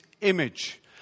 image